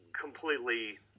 completely